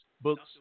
books